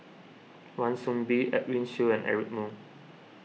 Wan Soon Bee Edwin Siew and Eric Moo